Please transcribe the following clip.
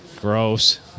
Gross